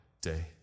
day